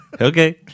Okay